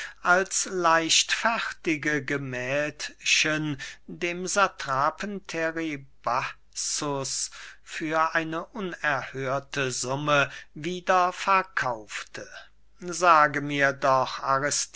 als leichtfertige gemähldchen dem satrapen teribazus für eine unerhörte summe wieder verkaufte sage mir doch